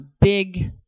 big